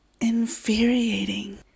infuriating